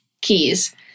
keys